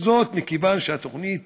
מכיוון שהתוכנית